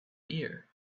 year